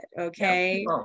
okay